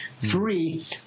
Three